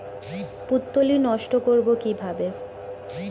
পুত্তলি নষ্ট করব কিভাবে?